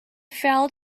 fell